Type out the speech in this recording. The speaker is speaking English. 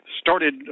started